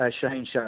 Shane